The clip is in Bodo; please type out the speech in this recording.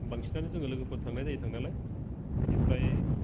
बांसिनानो जोङो लोगोफोरजों थांनाय जायो थांनायालाय बेनिफ्राय